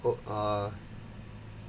oh err